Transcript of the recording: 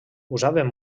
usaven